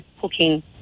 Cooking